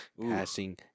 passing